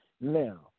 Now